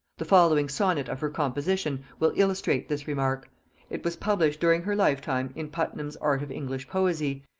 the following sonnet of her composition will illustrate this remark it was published during her lifetime in puttenham's arte of english poesie,